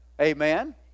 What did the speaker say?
Amen